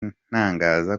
ntangaza